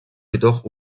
jedoch